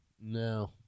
No